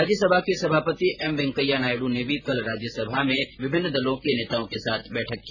राज्यसभा के सभापति एम वेंकैया नायडू ने भी कल राज्यसभा में विभिन्न दलों के नेताओं के साथ बैठक की